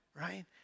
right